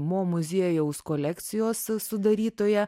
mo muziejaus kolekcijos sudarytoja